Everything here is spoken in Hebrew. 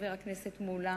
חבר הכנסת מולה,